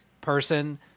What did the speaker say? person